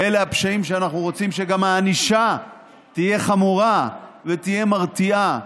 ואלה הפשעים שאנחנו רוצים שגם הענישה בהם תהיה חמורה ותהיה מרתיעה.